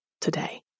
today